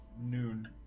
noon